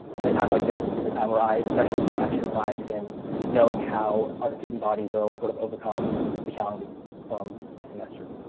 anytime like this, is a time where i especially feel extra pride in knowing how our student body will sort of overcome the challenges from this semester.